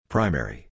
Primary